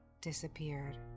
disappeared